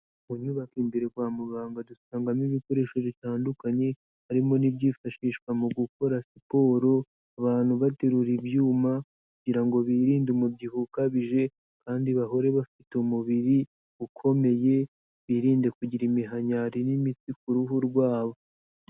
Mu nyubako imbere kwa muganga dusangamo ibikoresho bitandukanye, harimo n'ibyifashishwa mu gukora siporo, abantu baterura ibyuma kugira ngo birinde umubyibuho ukabije kandi bahore bafite umubiri ukomeye, birinde kugira iminkanyari n'imitsi ku ruhu rwabo.